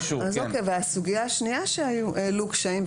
הסוגייה השנייה היא שהעלו קשיים,